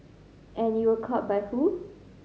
and you were caught by who